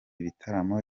bitaramo